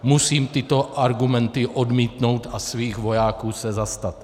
Musím tyto argumenty odmítnout a svých vojáků se zastat.